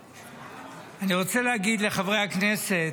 אני רוצה להגיד לחברי הכנסת,